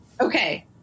Okay